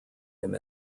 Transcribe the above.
him